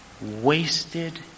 wasted